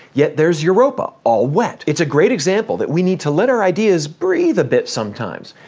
yet there's europa, all wet. it's a great example that we need to let our ideas breathe a bit sometimes,